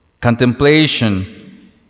Contemplation